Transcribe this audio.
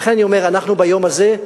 לכן אני אומר שאנחנו ביום הזה,